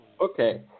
Okay